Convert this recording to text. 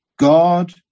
God